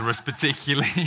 particularly